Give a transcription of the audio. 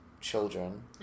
children